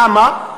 למה?